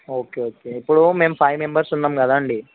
okay okay ఇప్పుడు మేము five members ఉన్నాము కదా అండి